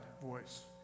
voice